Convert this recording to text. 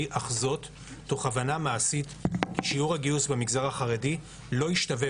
אך זאת תוך הבנה מעשית ששיעור הגיוס במגזר החרדי לא ישתווה